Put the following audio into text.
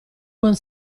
buon